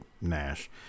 Nash